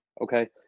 okay